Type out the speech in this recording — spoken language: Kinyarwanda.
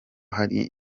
hari